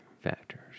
factors